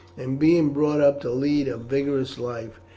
and being brought up to lead a vigorous life,